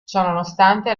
ciononostante